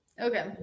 okay